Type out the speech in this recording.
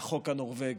תודה רבה לך.